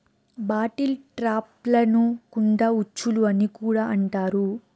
bottle ట్రాప్లను కుండ ఉచ్చులు అని కూడా అంటారు